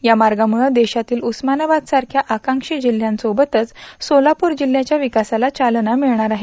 या मार्गामुळं देशातील उस्मानाबादसारख्या आकांक्षी जिल्ह्यासोबतच सोलापूर जिल्ह्याच्या विकासाला चालना मिळणार आहे